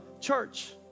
church